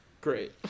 Great